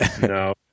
No